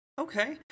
Okay